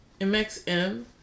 MXM